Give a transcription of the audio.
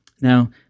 Now